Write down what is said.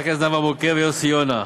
ויוסי יונה.